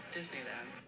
Disneyland